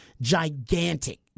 gigantic